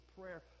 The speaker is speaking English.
prayer